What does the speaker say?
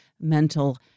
mental